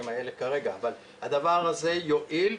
כרגע אין לנו את המידע הזה כמו שאמרתי.